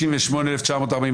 מתייחסת להסתייגויות 1900-1881,